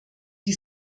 die